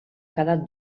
cada